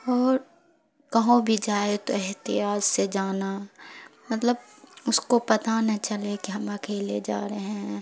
اور کہوں بھی جائے تو احتیاط سے جانا مطلب اس کو پتہ نہ چلے کہ ہم اکیلے جا رہے ہیں